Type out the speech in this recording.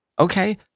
Okay